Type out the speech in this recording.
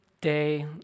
day